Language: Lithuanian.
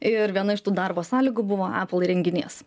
ir viena iš tų darbo sąlygų buvo apple įrenginys